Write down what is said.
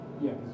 Yes